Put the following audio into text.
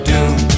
Doom